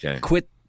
quit